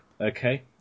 Okay